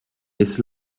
it’s